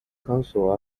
council